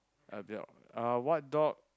a dog uh what dog